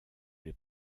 les